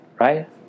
right